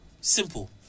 simple